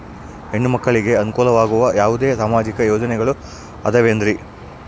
ಹೆಣ್ಣು ಮಕ್ಕಳಿಗೆ ಅನುಕೂಲವಾಗುವ ಯಾವುದೇ ಸಾಮಾಜಿಕ ಯೋಜನೆಗಳು ಅದವೇನ್ರಿ?